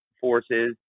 forces